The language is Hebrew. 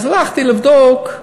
אז הלכתי לבדוק.